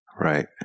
Right